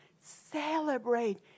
celebrate